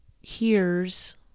hears